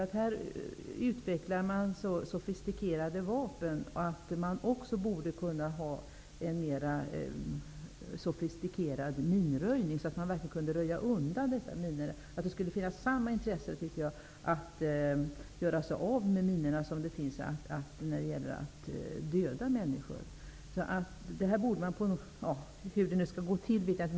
När man utvecklar så sofistikerade vapen, borde man också ha en mer sofistikerad minröjning, så att man verkligen kan röja undan dessa minor. Jag tycker att det borde finnas samma intresse för att göra sig av med minorna som det finns för att döda människor. Hur det skall gå till vet jag inte.